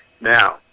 Now